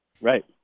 Right